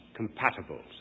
compatibles